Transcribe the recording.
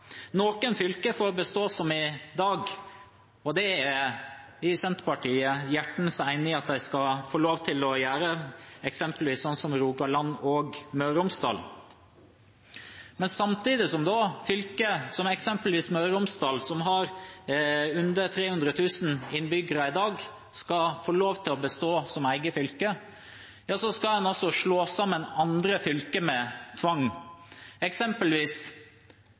Noen fylker får bestå som i dag – og det er vi i Senterpartiet hjertens enig i at de skal få lov til å gjøre – eksempelvis Rogaland og Møre og Romsdal. Men samtidig som fylker som eksempelvis Møre og Romsdal, som har under 300 000 innbyggere i dag, skal få lov til å bestå som eget fylke, skal en altså slå sammen andre fylker med tvang. Eksempelvis